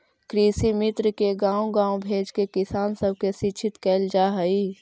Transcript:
कृषिमित्र के गाँव गाँव भेजके किसान सब के शिक्षित कैल जा हई